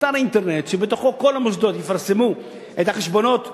אתר אינטרנט שבו כל המוסדות יפרסמו את החשבונות הרדומים,